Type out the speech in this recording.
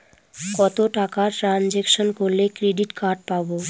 কত টাকা ট্রানজেকশন করলে ক্রেডিট কার্ড পাবো?